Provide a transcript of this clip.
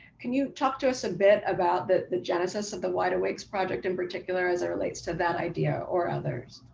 can you talk to us a bit about the the genesis of the wide awakes project in particular, as it relates to that idea or others?